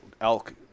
elk